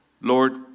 Lord